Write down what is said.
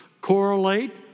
correlate